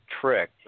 trick